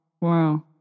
Wow